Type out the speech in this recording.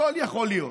הכול יכול להיות.